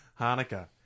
Hanukkah